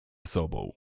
sobą